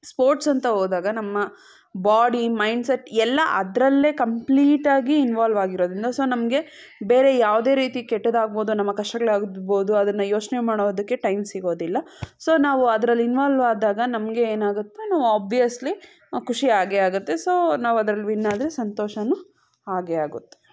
sports ಅಂತ ಹೋದಾಗ ನಮ್ಮ ಬಾಡಿ ಮೈಂಡ್ಸೆಟ್ ಎಲ್ಲ ಅದರಲ್ಲೇ ಕಂಪ್ಲೀಟ್ ಆಗಿ ಇನ್ವಾಲ್ವ್ ಆಗಿರೋದ್ರಿಂದ ಸೊ ನಮಗೆ ಬೇರೆ ಯಾವುದೇ ರೀತಿ ಕೆಟ್ಟದಾಗ್ಬೋದು ನಮ್ಮ ಕಷ್ಟಗಳಾಗ್ಬೋದು ಅದನ್ನು ಯೋಚನೆ ಮಾಡೋದಕ್ಕೆ ಟೈಮ್ ಸಿಗೋದಿಲ್ಲ ಸೊ ನಾವು ಅದರಲ್ಲಿ ಇನ್ವಾಲ್ವ್ ಆದಾಗ ನಮಗೆ ಏನಾಗುತ್ತೆ ನಾವು ಅಬ್ವಿಯಸ್ಲಿ ಖುಷಿ ಆಗೇ ಆಗುತ್ತೆ ಸೊ ನಾವು ಅದರಲ್ಲಿ ವಿನ್ ಆದರೆ ಸಂತೋಷನು ಆಗೇ ಆಗುತ್ತೆ